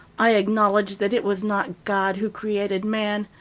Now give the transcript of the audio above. i acknowledged that it was not god who created man,